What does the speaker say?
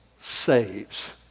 saves